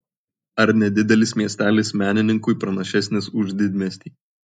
ar nedidelis miestelis menininkui pranašesnis už didmiestį